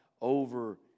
over